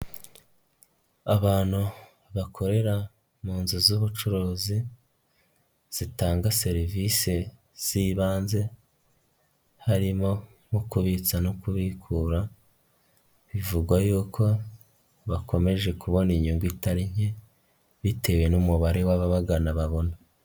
Abantu bakorera mu nzu z'ubucuruzi zitanga serivisi z'ibanze, harimo nko kubitsa no kubikura, bivugwa yuko bakomeje kubona inyungu itari nke bitewe n'umubare w'ababagana babona.